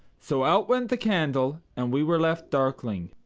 so out went the candle, and we were left darkling.